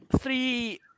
Three